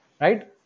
right